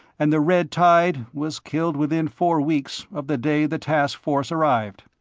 and the red tide was killed within four weeks of the day the task force arrived.